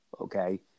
Okay